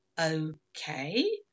okay